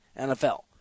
NFL